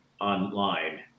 online